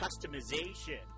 customization